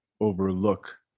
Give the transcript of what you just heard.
overlook